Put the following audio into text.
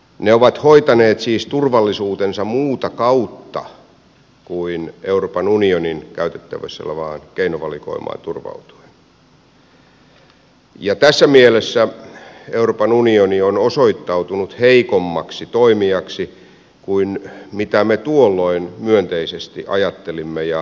ne ovat hoitaneet siis turvallisuutensa muuta kautta kuin euroopan unionin käytettävissä olevaan keinovalikoimaan turvautuen ja tässä mielessä euroopan unioni on osoittautunut heikommaksi toimijaksi kuin me tuolloin myönteisesti ajattelimme ja uskoimme